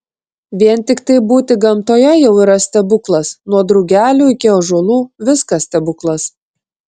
vien tiktai būti gamtoje jau yra stebuklas nuo drugelių iki ąžuolų viskas stebuklas